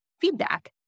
feedback